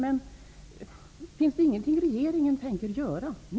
Finns det alltså inte något som regeringen tänker göra nu?